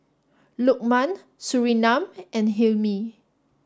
Lukman Surinam and Hilmi